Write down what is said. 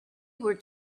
were